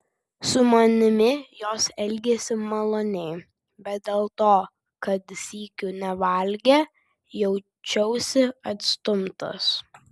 su manimi jos elgėsi maloniai bet dėl to kad sykiu nevalgė jaučiausi atstumtas